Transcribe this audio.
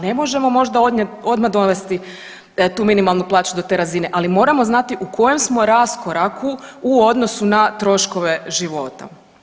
Ne možemo možda odmah dovesti tu minimalnu plaću do te razine, ali moramo znati u kojem smo raskoraku u odnosu na troškove života.